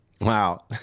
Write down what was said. Wow